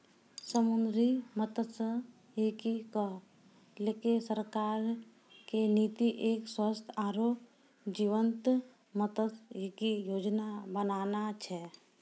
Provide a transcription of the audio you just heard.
समुद्री मत्सयिकी क लैकॅ सरकार के नीति एक स्वस्थ आरो जीवंत मत्सयिकी योजना बनाना छै